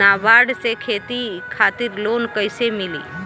नाबार्ड से खेती खातिर लोन कइसे मिली?